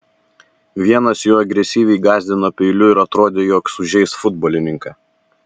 vienas jų agresyviai gąsdino peiliu ir atrodė jog sužeis futbolininką